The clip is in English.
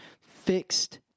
fixed